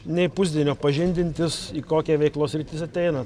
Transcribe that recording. nei pusdienio pažindintis į kokią veiklos sritį jis ateina